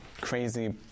crazy